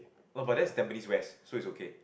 oh but that's Tampines West so it's okay